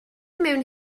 mewn